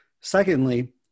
Secondly